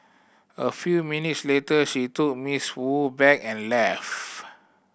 a few minutes later she took Miss Wu bag and left